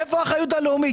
איפה האחריות הלאומית?